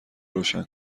روشن